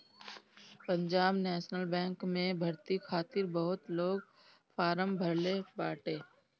Punjab national bank में भर्ती खातिर बहुते लोग फारम भरले बाटे